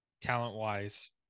talent-wise